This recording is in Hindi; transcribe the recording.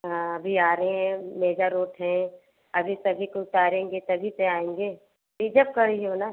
हाँ अभी आ रहे हैं मेजा रोड हैं अभी सभी को उतारेंगे तभी तो आएंगे रिजब करी हो न